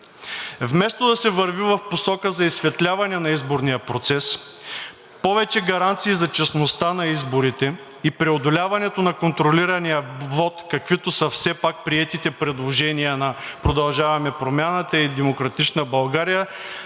Вместо да се върви в посока за изсветляване на изборния процес, повече гаранции за честността на изборите и преодоляването на контролирания вот, каквито са все пак приетите предложения на „Продължаваме Промяната“ и на „Демократична България“